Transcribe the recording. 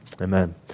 Amen